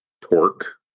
torque